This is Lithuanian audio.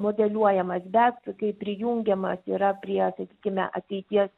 modeliuojamas bet kaip prijungiamas yra prie sakykime ateities